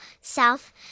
south